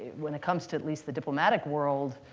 when it comes to, at least, the diplomatic world,